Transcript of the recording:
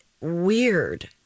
weird